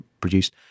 produced